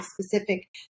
specific